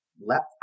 left